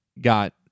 got